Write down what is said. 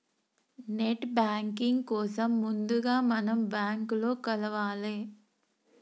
net banking కోసం ముందుగా మనం బ్యాంకులో కలవాలే